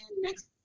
Next